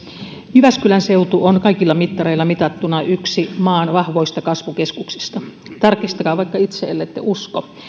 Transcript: jyväskylän seutu on kaikilla mittareilla mitattuna yksi maan vahvoista kasvukeskuksista tarkistakaa vaikka itse ellette usko